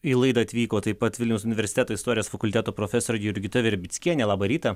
į laidą atvyko taip pat vilniaus universiteto istorijos fakulteto profesorė jurgita virbickienė labą rytą